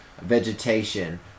vegetation